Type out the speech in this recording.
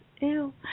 Ew